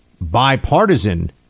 bipartisan